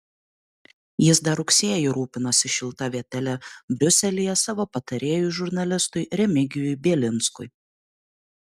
jis dar rugsėjį rūpinosi šilta vietele briuselyje savo patarėjui žurnalistui remigijui bielinskui